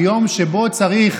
ביום שבו צריך